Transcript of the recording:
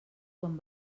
quan